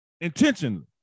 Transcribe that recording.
Intentionally